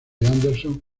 anderson